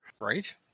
right